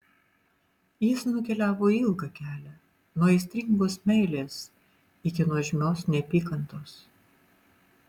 jis nukeliavo ilgą kelią nuo aistringos meilės iki nuožmios neapykantos